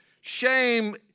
Shame